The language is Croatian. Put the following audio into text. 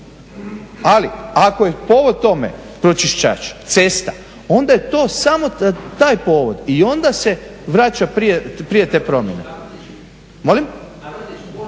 Ali ako je povod tome pročišćač cesta onda je to samo taj povod i onda se vraća prije te promjene.